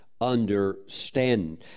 understand